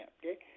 okay